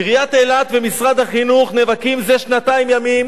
עיריית אילת ומשרד החינוך נאבקים זה שנתיים ימים